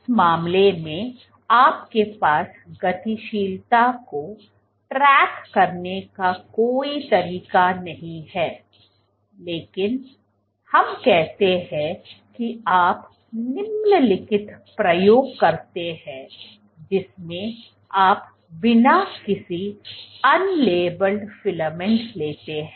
उस मामले में आपके पास गतिशीलता को ट्रैक करने का कोई तरीका नहीं है लेकिन हम कहते हैं कि आप निम्नलिखित प्रयोग करते हैं जिसमें आप बिना किसी अनलेबल्ड फिलामेंट लेते हैं